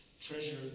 Treasure